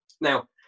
Now